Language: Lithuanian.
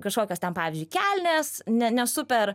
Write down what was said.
kažkokios ten pavyzdžiui kelnės ne ne super